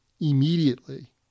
Immediately